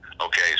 Okay